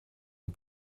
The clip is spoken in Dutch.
een